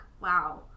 wow